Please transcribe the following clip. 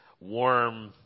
warm